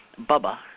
Bubba